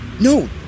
No